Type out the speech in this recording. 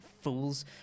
Fools